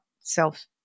self